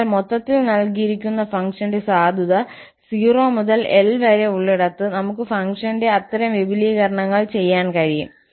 അതിനാൽ മൊത്തത്തിൽ നൽകിയിരിക്കുന്ന ഫംഗ്ഷന്റെ സാധുത 0 മുതൽ 𝐿 വരെ ഉള്ളിടത്ത് നമുക്ക് ഫംഗ്ഷന്റെ അത്തരം വിപുലീകരണങ്ങൾ ചെയ്യാൻ കഴിയും